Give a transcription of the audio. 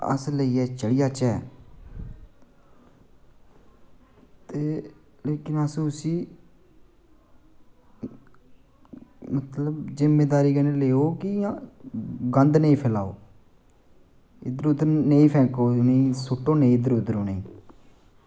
अस लेइयै चली जाचै ते इक्क ते अस उसी जिम्मेदारी कन्नै लैओ की इ'यां गंद निं फैलाओ इद्धर उद्धर फैंको नेंई सुट्टो नेईं इद्धर उद्धर उनेंगी